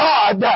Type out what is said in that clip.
God